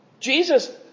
Jesus